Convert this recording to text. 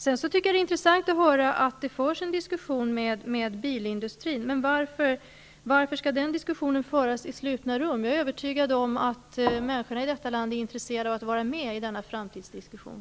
Det är intressant att höra att det förs en diskussion med bilindustrin. Men varför skall den diskussionen föras i slutna rum? Jag är övertygad om att människorna i detta land är intresserade av att vara med i denna framtidsdiskussion.